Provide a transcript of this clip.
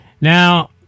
Now